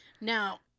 Now